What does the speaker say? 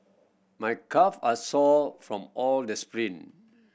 my calve are sore from all the sprint